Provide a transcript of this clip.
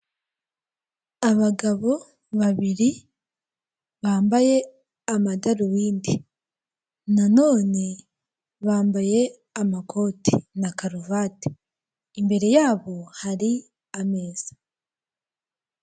Abagabo babiri bambaye amadarubindi. Nanone bambaye amakoti na karuvati imbere ya bo hari ameza.